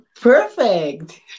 Perfect